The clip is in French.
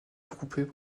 groupé